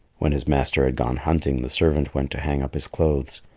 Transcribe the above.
when his master had gone hunting, the servant went to hang up his clothes.